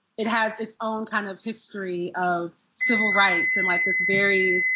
it has its own kind of history of civil rights. and like this very.